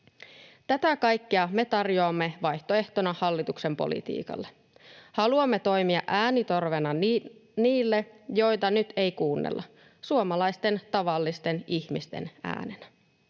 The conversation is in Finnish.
Tätä kaikkea me tarjoamme vaihtoehtona hallituksen politiikalle. Haluamme toimia äänitorvena niille, joita nyt ei kuunnella — suomalaisten tavallisten ihmisten äänenä.